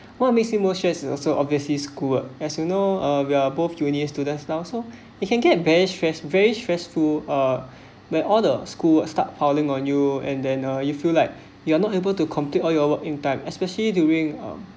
what makes you more stress so obviously school as you know uh we are both junior students now so it can get very stress very stressful uh where all the school start piling on you and then uh you feel like you are not able to complete all your work in time especially during uh